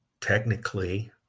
technically